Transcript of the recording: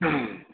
ம்